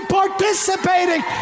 participating